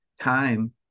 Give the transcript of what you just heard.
time